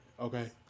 Okay